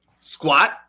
squat